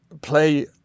play